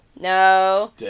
No